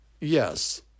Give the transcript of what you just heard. Yes